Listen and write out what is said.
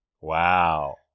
Wow